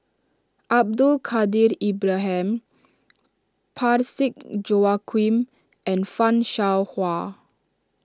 Abdul Kadir Ibrahim Parsick Joaquim and Fan Shao Hua